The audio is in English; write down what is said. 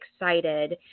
excited